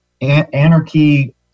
anarchy